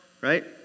right